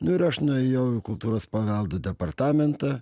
nu ir aš nuėjau į kultūros paveldo departamentą